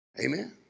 amen